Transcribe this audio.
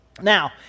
Now